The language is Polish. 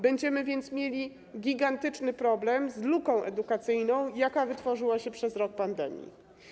Będziemy więc mieli gigantyczny problem z luką edukacyjną, jaka wytworzyła się przez rok pandemii.